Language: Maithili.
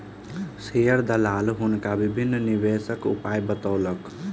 शेयर दलाल हुनका विभिन्न निवेशक उपाय बतौलक